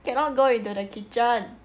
cannot go into the kitchen